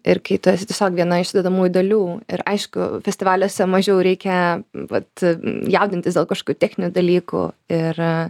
ir kai tu esi tiesiog viena iš sudedamųjų dalių ir aišku festivaliuose mažiau reikia vat jaudintis dėl kažkokių techninių dalykų ir